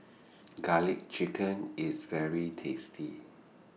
Garlic Chicken IS very tasty